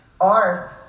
Art